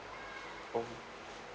oh